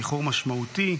איחור משמעותי,